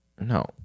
No